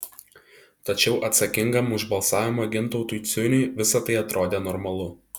tačiau atsakingam už balsavimą gintautui ciuniui visa tai atrodė normalu